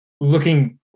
looking